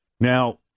Now